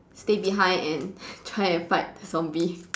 stay behind and try and fight zombie